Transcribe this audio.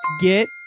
Get